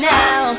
now